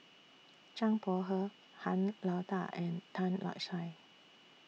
Zhang Bohe Han Lao DA and Tan Lark Sye